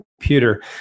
computer